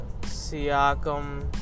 Siakam